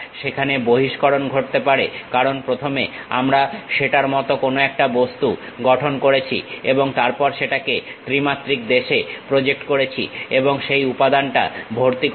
সেখানে বহিষ্করণ ঘটতে পারে কারণ প্রথমে আমরা সেটার মত কোনো একটা বস্তু গঠন করেছি এবং তারপর সেটাকে ত্রিমাত্রিক দেশে প্রজেক্ট করেছি এবং সেই উপাদানটা ভর্তি করেছি